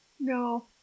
No